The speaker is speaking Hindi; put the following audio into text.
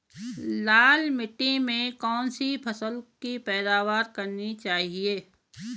लाल मिट्टी में कौन सी फसल की पैदावार करनी चाहिए?